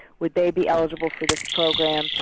would they be eligible for this program?